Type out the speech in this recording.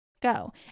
go